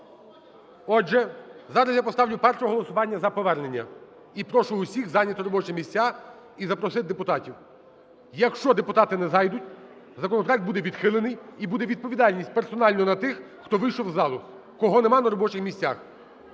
Отже, зараз я поставлю перше голосування за повернення. І прошу усіх зайняти робочі місця і запросити депутатів. Якщо депутати не зайдуть, законопроект буде відхилений і буде відповідальність персонально на тих, хто вийшов з залу, кого нема на робочих місцях.